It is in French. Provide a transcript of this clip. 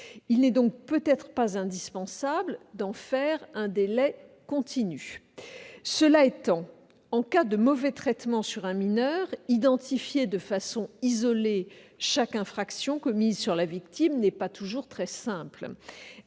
Il n'est donc peut-être pas indispensable d'en faire un délai continu. Cela étant, en cas de mauvais traitements sur un mineur, identifier de façon isolée chaque infraction commise sur la victime n'est pas toujours très simple.